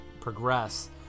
progress